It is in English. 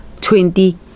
twenty